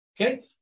Okay